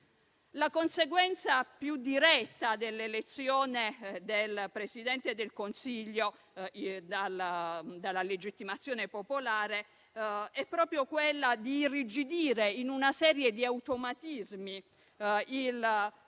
La conseguenza più diretta dell'elezione del Presidente del Consiglio dalla legittimazione popolare è proprio quella di irrigidire in una serie di automatismi il